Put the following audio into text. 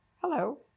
hello